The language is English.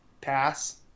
pass